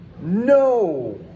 No